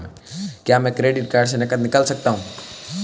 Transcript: क्या मैं credit card से नकद निकाल सकता हूँ?